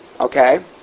Okay